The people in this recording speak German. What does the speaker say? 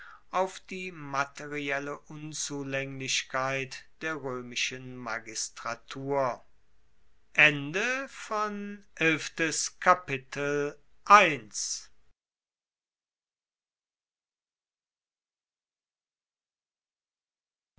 auf die materielle unzulaenglichkeit der roemischen magistratur